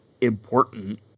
important